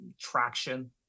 traction